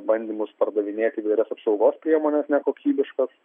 bandymus pardavinėti įvairias apsaugos priemones nekokybiškas